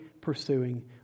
pursuing